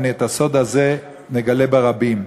ואני את הסוד הזה מגלה ברבים,